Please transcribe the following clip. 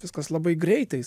viskas labai greitai